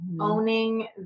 owning